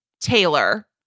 Taylor